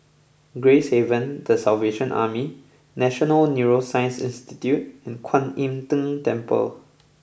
Gracehaven The Salvation Army National Neuroscience Institute and Kwan Im Tng Temple